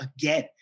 again